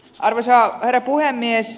arvoisa herra puhemies